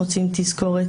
מוציאים תזכורת.